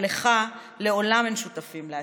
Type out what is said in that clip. אבל לך לעולם אין שותפים להצלחה.